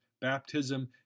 Baptism